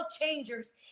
changers